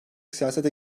siyasete